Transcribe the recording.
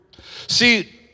See